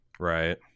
Right